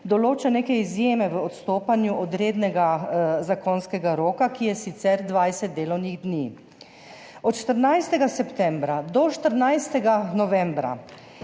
določa neke izjeme v odstopanju od rednega zakonskega roka, ki je sicer 20 delovnih dni. Od 14. septembra do 14. novembra